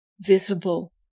visible